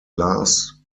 last